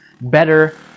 better